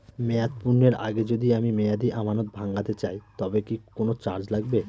মেয়াদ পূর্ণের আগে যদি আমি মেয়াদি আমানত ভাঙাতে চাই তবে কি কোন চার্জ লাগবে?